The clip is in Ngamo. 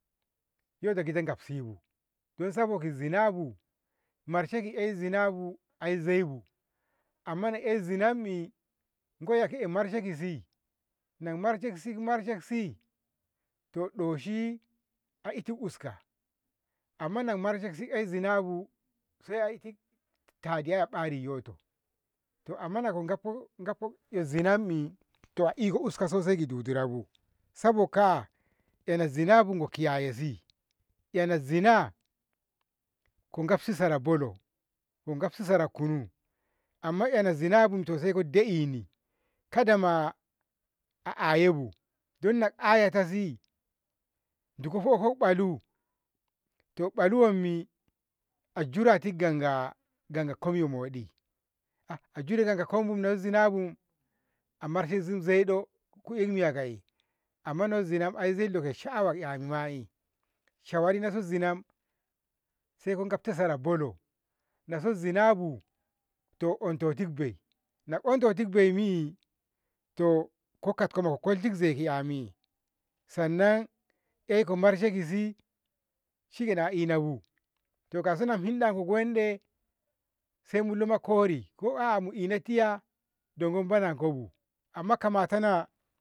yoto gita gafsibu dan sabogi zinabu marshe ke a 'yakzibu amma na yan ki aizinammi koiya ki marshe kishi, naku marshe kisi marshe kishi to doshi a iti uska amman amma naku marshe ki yakzinabu sai a eh tagiya a bari yoto amma nako gabko ehyo zinammi to iko uska sosai ki itu rabo eh yo zinabu saiko kiyaya si ehni zina ko gabsi sara bolo ko gafsi sara kunu amma ehni so zinabu to saiko da'eni kadama a ayebu don na ayatasi duko fofok ɓalo ɓalo wammi a zurati gamko gamya moɗi, a jura kanku yai zinabu amarsesi zai do? ku inmiya ka'e amma nazina lekoiya a ina shaawanni ki 'yani ma ai shawarse zina saiko gafsi sara bolo naso zinabu saiko ontotid bai nako antotid baimi'i kai katko to ko kolti zaiki yami sannan yak ko marshe kisi saikenan a inabu kauso nahinɗanko ki wande saiku lamakori ko aa mu lama tiya dongo munankobu amma kamata na